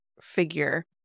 figure